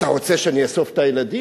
אתה רוצה שאני אאסוף את הילדים?